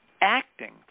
Acting